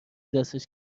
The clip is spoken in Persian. دستش